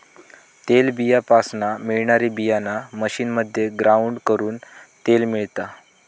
तेलबीयापासना मिळणारी बीयाणा मशीनमध्ये ग्राउंड करून तेल मिळता